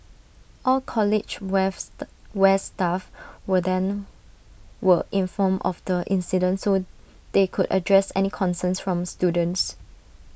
all college west staff were then were informed of the incident so they could address any concerns from students